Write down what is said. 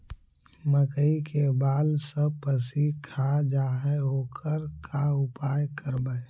मकइ के बाल सब पशी खा जा है ओकर का उपाय करबै?